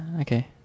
Okay